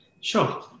Sure